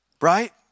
right